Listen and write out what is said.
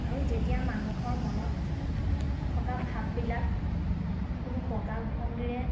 আৰু যেতিয়া মানুহৰ মনত থকা ভাব বিলাক কোনো প্ৰকাশ ভংগীৰে